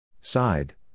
Side